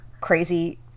crazy